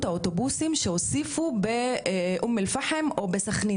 האוטובוסים שהוסיפו באום אל פחם או בסכנין.